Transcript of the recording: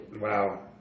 Wow